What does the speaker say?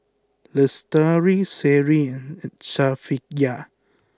Lestari Seri and Safiya